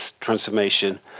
transformation